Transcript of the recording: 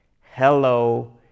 hello